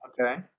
Okay